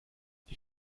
die